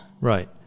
right